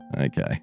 Okay